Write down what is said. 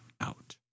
out